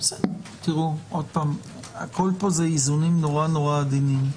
שוב - הכול פה זה איזונים נורא-נורא עדינים.